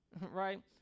right